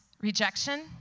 rejection